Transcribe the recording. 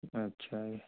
अच्छा जी